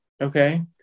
Okay